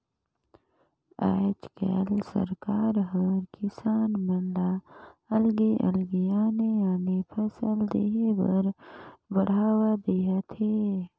आयज कायल सरकार हर किसान मन ल अलगे अलगे आने आने फसल लेह बर बड़हावा देहत हे